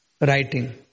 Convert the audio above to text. writing